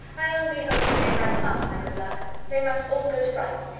i only hope they may have half my good luck. they must all go to brighton.